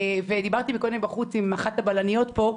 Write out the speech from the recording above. ודיברתי קודם בחוץ עם אחת הבלניות פה.